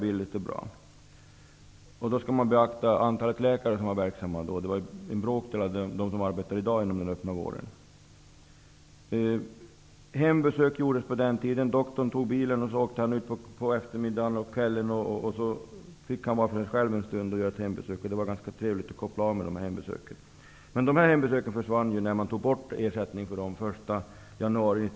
Då var det bara en bråkdel provinsialläkare som arbetade inom den öppna vården jämfört med i dag. På den tiden gjordes hembesök. Doktorn åkte ut på eftermiddagen och kvällen och gjorde hembesök, och det var ganska trevligt och avkopplande.